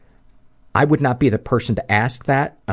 i would not be the person to ask that.